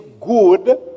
good